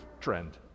trend